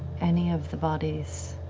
any of the bodies?